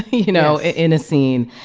you know, in a scene.